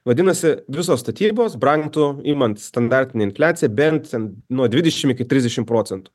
vadinasi visos statybos brangtų imant standartinę infliaciją bent nuo dvidešim iki trisdešim procentų